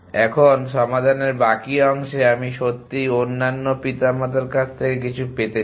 এখনসমাধানের বাকি অংশে আমি সত্যিই অন্যান্য পিতামাতার কাছ থেকে কিছু পেতে চাই